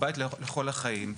הוא בית לכל החיים.